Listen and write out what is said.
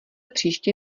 příště